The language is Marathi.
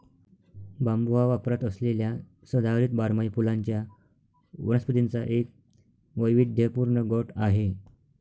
बांबू हा वापरात असलेल्या सदाहरित बारमाही फुलांच्या वनस्पतींचा एक वैविध्यपूर्ण गट आहे